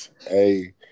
Hey